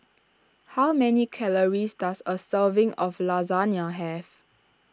how many calories does a serving of Lasagna have